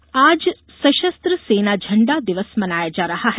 झंडा दिवस आज सशस्त्र सेना झंडा दिवस मनाया जा रहा है